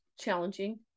challenging